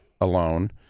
alone